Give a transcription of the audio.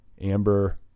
Amber